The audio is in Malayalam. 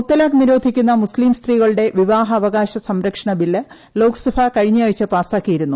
മുത്തലാഖ് നിരോധിക്കുന്ന മുസ്ളീം സ്ത്രീകളുടെ വിവാഹ അവകാശ സംരക്ഷണ ബില്ല് ലോക്സഭ കഴിഞ്ഞ ആഴ്ച പാസാക്കിയിരുന്നു